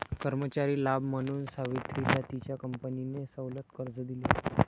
कर्मचारी लाभ म्हणून सावित्रीला तिच्या कंपनीने सवलत कर्ज दिले